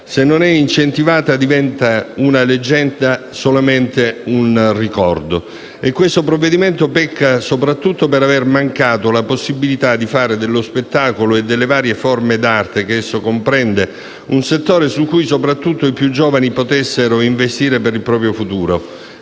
se non è incentivata, diventa una leggenda, solamente un ricordo. E questo provvedimento pecca soprattutto per aver mancato la possibilità di fare dello spettacolo e delle varie forme d'arte che esso comprende un settore su cui soprattutto i più giovani potessero investire per il proprio futuro,